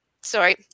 sorry